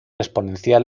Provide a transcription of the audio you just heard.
exponencial